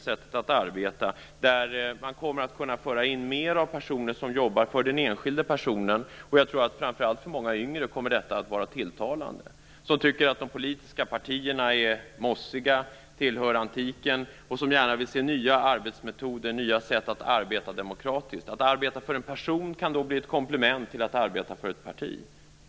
Fler kommer att jobba för den enskilde personen. Framför allt för många yngre kommer detta att vara tilltalande. De tycker att de politiska partierna är mossiga och tillhör antiken och vill gärna se nya metoder för demokratiskt arbete. Att arbeta för en person kan då bli ett komplement till att arbeta för ett parti.